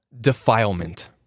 Defilement